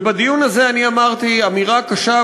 ובדיון הזה אמרתי אמירה קשה,